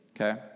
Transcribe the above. okay